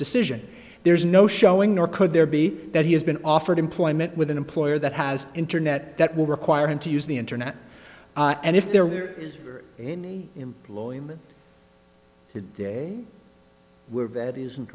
decision there's no showing nor could there be that he has been offered employment with an employer that has internet that will require him to use the internet and if there were in employment the day we're vet isn't